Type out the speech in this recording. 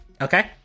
Okay